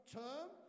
term